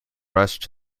rushed